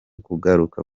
kugaruka